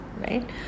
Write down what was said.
right